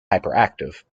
hyperactive